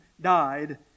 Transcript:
died